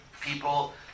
people